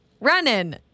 running